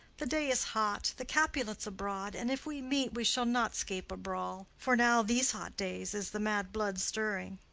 the day is hot, the capulets abroad. and if we meet, we shall not scape a brawl, for now, these hot days, is the mad blood stirring.